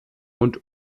und